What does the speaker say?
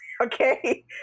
okay